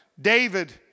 David